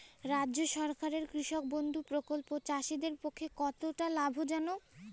রাজ্য সরকারের কৃষক বন্ধু প্রকল্প চাষীদের পক্ষে কতটা লাভজনক?